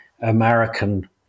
American